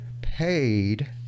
paid